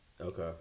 Okay